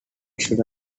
should